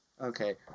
Okay